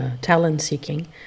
talent-seeking